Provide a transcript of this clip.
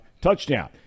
touchdown